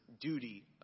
duty